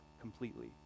completely